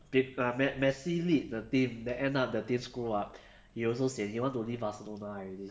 b~ err me~ me~ messi lead the team then end up the team screw up he also sian he want to leave barcelona already